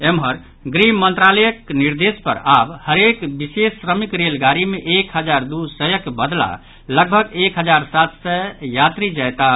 एम्हर गृह मंत्रालयक निर्देश पर आब हरेक विशेष श्रमिक रेलगाड़ी मे एक हजार दू सयक बदला लगभग एक हजार सात सय यात्री जयताह